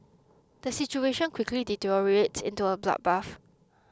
the situation quickly deteriorates into a bloodbath